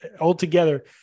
altogether